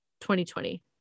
2020